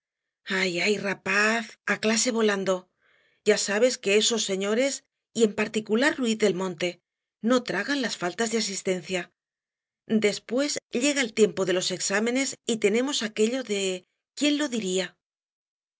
ay ay rapaz a clase volando ya sabes que esos señores y en particular ruiz del monte no tragan las faltas de asistencia después llega el tiempo de los exámenes y tenemos aquello de quién lo diría